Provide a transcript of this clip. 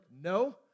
no